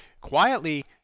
quietly